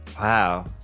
Wow